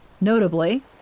Notably